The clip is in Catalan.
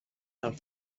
del